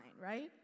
right